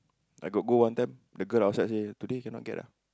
I got go one time the girl outside say today cannot get ah